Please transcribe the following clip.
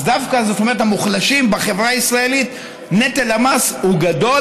דווקא על המוחלשים בחברה הישראלית נטל המס הוא גדול,